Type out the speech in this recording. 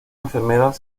enfermedad